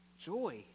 joy